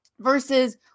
Versus